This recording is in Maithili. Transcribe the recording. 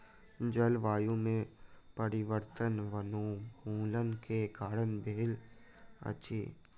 जलवायु में परिवर्तन वनोन्मूलन के कारण भेल अछि